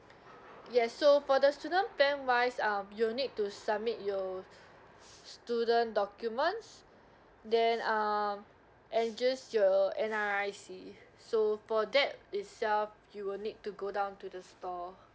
yes so for the student plan wise um you'll need to submit your student documents then um and just your N_R_I_C so for that itself you will need to go down to the store